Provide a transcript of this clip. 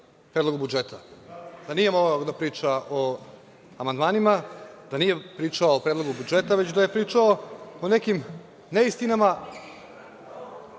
Predlogu budžeta, da nije pričao o amandmanima, da nije pričao o Predlogu budžeta, već da je pričao o nekim neistinama,